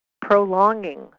prolonging